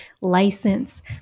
license